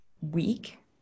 week